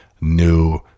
new